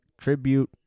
tribute